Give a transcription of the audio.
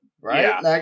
Right